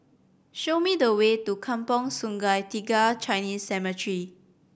show me the way to Kampong Sungai Tiga Chinese Cemetery